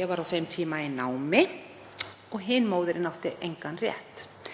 Ég var á þeim tíma í námi og hin móðirin átti engan rétt.